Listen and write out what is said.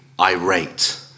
irate